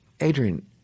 Adrian